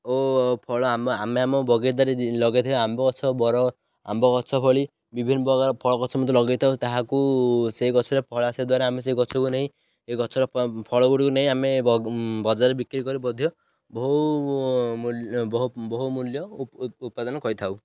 ଓ ଫଳ ଆମ ଆମ ବଗିଚାରେ ଲଗାଇଥିବା ଆମ୍ବ ଗଛ ବର ଆମ୍ବ ଗଛ ଭଳି ବିଭିନ୍ନ ପ୍ରକାର ଫଳ ଗଛ ମଧ୍ୟ ଲଗାଇଥାଉ ତାହାକୁ ସେଇ ଗଛରେ ଫଳ ଆସିବା ଦ୍ୱାରା ଆମେ ସେଇ ଗଛକୁ ନେଇ ଏ ଗଛର ଫଳ ଗୁଡ଼ିକୁ ନେଇ ଆମେ ବଜାରରେ ବିକ୍ରି କରି ମଧ୍ୟ ବହୁ ବହୁ ମୂଲ୍ୟ ଉପାଦନ କରିଥାଉ